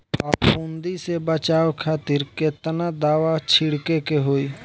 फाफूंदी से बचाव खातिर केतना दावा छीड़के के होई?